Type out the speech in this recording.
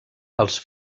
els